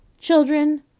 children